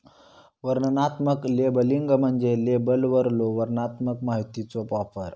वर्णनात्मक लेबलिंग म्हणजे लेबलवरलो वर्णनात्मक माहितीचो वापर